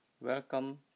Welcome